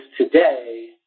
today